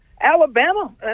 Alabama